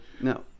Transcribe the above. no